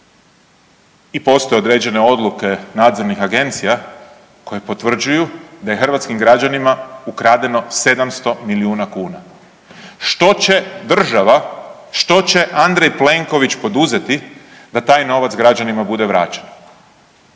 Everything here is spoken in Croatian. i postoje određene odluke nadzornih agencija koje potvrđuju da je hrvatskim građanima ukradeno 700 milijuna kuna. Što će država, što će Andrej Plenković poduzeti da taj novac građanima bude vraćen?